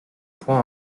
points